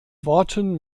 worten